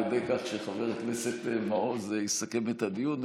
ידי כך שחבר הכנסת מעוז יסכם את הדיון.